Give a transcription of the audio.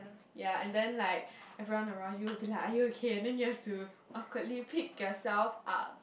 ya and then like everyone around you will be like are you okay and then you have to awkwardly pick yourself up